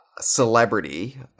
celebrity